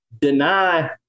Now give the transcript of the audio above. deny